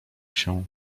się